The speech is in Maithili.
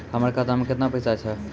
हमर खाता मैं केतना पैसा छह?